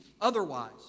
otherwise